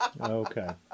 Okay